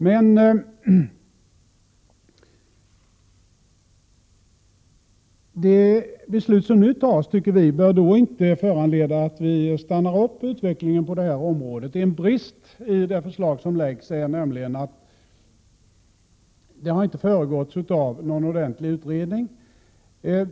Men det beslut som nu kommer att fattas bör, tycker vi, då inte föranleda att vi hejdar utvecklingen på det här området. En brist i det förslag som lagts fram är nämligen att det inte har föregåtts av någon ordentlig utredning.